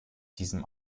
diesem